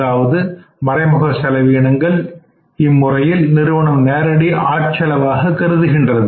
அதாவது மறைமுக செலவீனங்களை இம்முறையில் நிறுவனம் நேரடி ஆட்செலவாக கருதுகின்றது